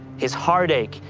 his heartache,